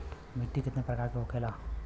मिट्टी कितने प्रकार के होखेला?